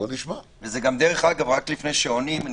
דרך אגב, לפני שעונים,